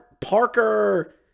Parker